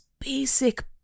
basic